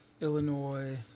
Illinois